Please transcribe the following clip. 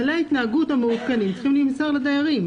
כללי ההתנהגות המעודכנים צריכים להימסר לדיירים,